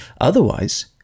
Otherwise